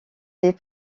les